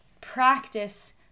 practice